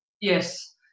Yes